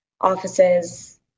offices